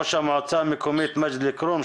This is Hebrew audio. ראש המועצה המקומית מג'ד אל כרום.